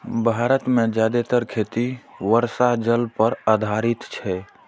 भारत मे जादेतर खेती वर्षा जल पर आधारित छै